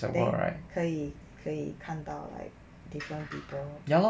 then 可以可以看到 like different people